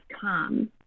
come